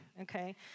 okay